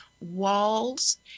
walls